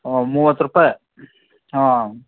ಮೂವತ್ತು ರೂಪಾಯಿ ಹಾಂ